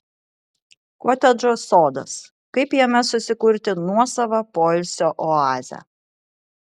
kotedžo sodas kaip jame susikurti nuosavą poilsio oazę